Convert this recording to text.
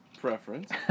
preference